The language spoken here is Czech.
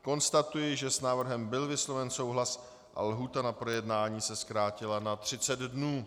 Konstatuji, že s návrhem byl vysloven souhlas a lhůta na projednání se zkrátila na 30 dnů.